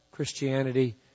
Christianity